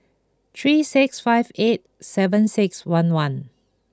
three six five eight seven six one one